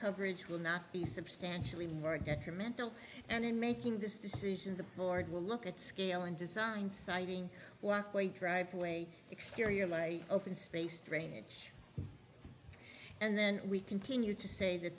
coverage will not be substantially more get your mental and in making this decision the board will look at scale and design siting walkway driveway exterior like open space drainage and then we continue to say that